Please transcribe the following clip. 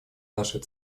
наша